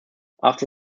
after